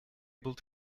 able